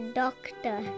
doctor